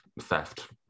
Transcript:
theft